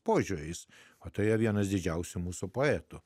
požiūriais o toje vienas didžiausių mūsų poetų